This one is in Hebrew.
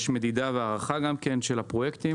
יש מדידה והערכה של הפרויקטים,